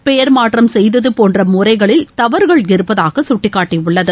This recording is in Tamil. பெயர் மாற்றம் செய்தது போன்ற முறைகளில் தவறுகள் இருப்பதாக சுட்டிக்காட்டியுள்ளது